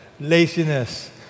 laziness